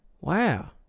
Wow